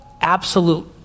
absolute